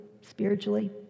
spiritually